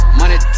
money